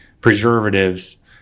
preservatives